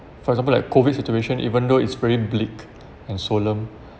for example like COVID situation even though it's pretty bleak and solemn